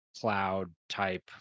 cloud-type